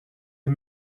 les